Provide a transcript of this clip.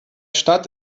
stadt